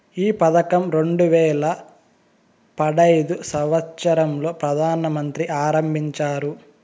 ఈ పథకం రెండు వేల పడైదు సంవచ్చరం లో ప్రధాన మంత్రి ఆరంభించారు